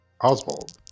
Oswald